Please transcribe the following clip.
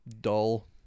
dull